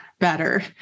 Better